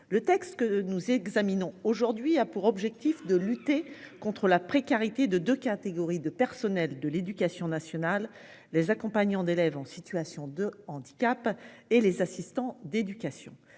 Le texte que nous examinons aujourd'hui a pour objectif de lutter contre la précarité de 2 catégories de personnels de l'éducation nationale les accompagnants d'élèves en situation de handicap et les assistants d'éducation